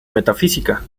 metafísica